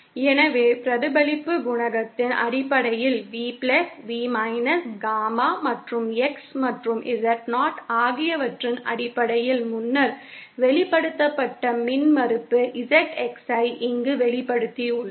எனவே பிரதிபலிப்பு குணகத்தின் அடிப்படையில் V V காமா மற்றும் x மற்றும் Z0 ஆகியவற்றின் அடிப்படையில் முன்னர் வெளிப்படுத்தப்பட்ட மின்மறுப்பு ZX ஐ இங்கு வெளிப்படுத்தியுள்ளோம்